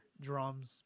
drums